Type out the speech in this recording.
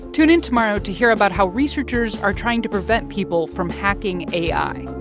tune in tomorrow to hear about how researchers are trying to prevent people from hacking ai